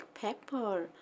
Pepper